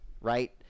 Right